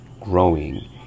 growing